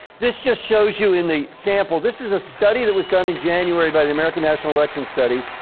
this just shows you in the sample, this is a study that was done in january by the american national election studies.